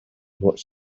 watch